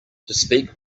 speak